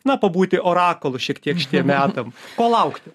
na pabūti orakulu šiek tiek šitiem metam ko laukti